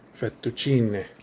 fettuccine